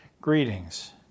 Greetings